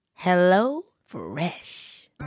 HelloFresh